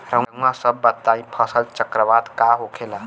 रउआ सभ बताई फसल चक्रवात का होखेला?